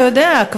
אתה יודע,